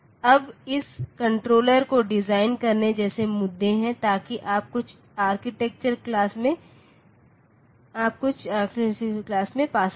अब इस कंट्रोलर को डिजाइन करने जैसे मुद्दे हैं ताकि आप कुछ आर्किटेक्चर क्लास में पा सकें